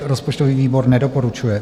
Rozpočtový výbor nedoporučuje.